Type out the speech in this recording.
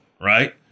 right